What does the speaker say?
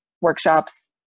workshops